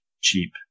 cheap